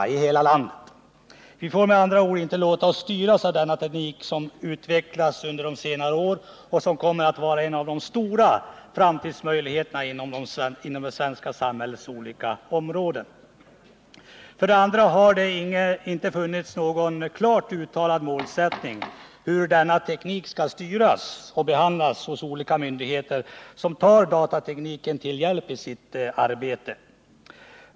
Vi måste med tanke på detta försöka undvika att låta oss styras av denna teknik, som har utvecklats under senare år och som representerar en av de stora framtidsmöjligheterna inom olika områden av det svenska samhället. För det andra har det inte funnits någon klart uttalad målsättning för hur denna teknik skall styras och behandlas hos olika myndigheter som tar datatekniken till hjälp i sitt arbete.